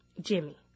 Jimmy